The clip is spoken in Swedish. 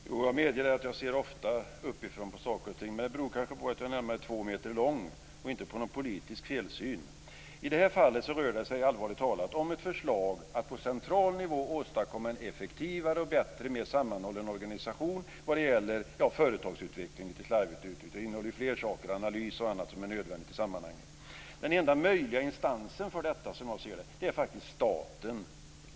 Fru talman! Jag medger att jag ofta ser uppifrån på saker och ting, men det beror kanske på att jag är närmare två meter lång och inte på någon politisk felsyn. I det här fallet rör det sig, allvarligt talat, om ett förslag att på central nivå åstadkomma en effektivare, bättre och mer sammanhållen organisation vad det gäller företagsutveckling, lite slarvigt uttryckt. Det innehåller ju fler saker, t.ex. analys och annat som är nödvändigt i sammanhanget. Den enda möjliga instansen för detta, som jag ser det, är faktiskt staten.